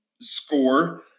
score